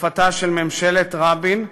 בתקופתה של ממשלת רבין,